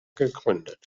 gegründet